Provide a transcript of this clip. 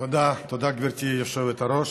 תודה, גברתי היושבת-ראש.